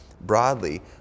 broadly